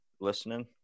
listening